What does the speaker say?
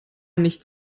nicht